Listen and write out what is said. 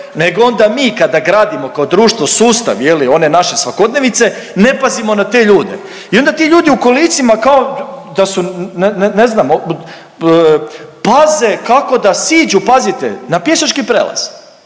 nego onda mi kada gradimo kao društvo sustav je li one naše svakodnevice ne pazimo na te ljude. I onda ti ljudi u kolicima kao da su ne znam paze kako da siđu pazite na pješački prijelaz.